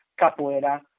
capoeira